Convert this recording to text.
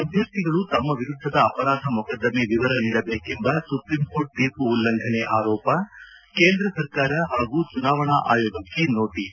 ಅಭ್ಯರ್ಥಿಗಳು ತಮ್ಮ ವಿರುದ್ದದ ಅಪರಾಧ ಮೊಕದ್ದಮೆ ವಿವರ ನೀಡಬೇಕೆಂಬ ಸುಪ್ರೀಂಕೋರ್ಟ್ ತೀರ್ಪು ಉಲ್ಲಂಘನೆ ಆರೋಪ ಕೇಂದ್ರ ಸರ್ಕಾರ ಹಾಗೂ ಚುನಾವಣಾ ಆಯೋಗಕ್ಕೆ ನೋಟಿಸ್